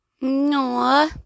No